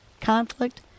conflict